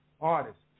artists